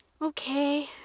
Okay